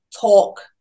talk